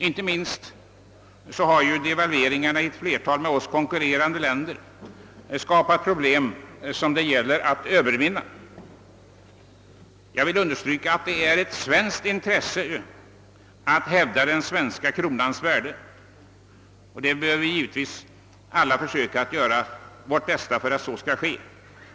Inte minst har devalveringarna i ett flertal med oss konkurrerande länder skapat problem som det gäller att övervinna. Jag vill understryka att det är ett svenskt intresse att hävda den svenska kronans värde. Givetvis bör vi alla göra vårt bästa för att så skall ske.